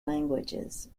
languages